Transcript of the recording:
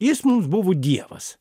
jis mums buvo dievas